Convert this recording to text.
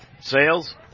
Sales